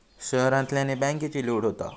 शहरांतल्यानी बॅन्केची लूट होता